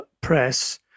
press